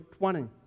20